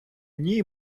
ній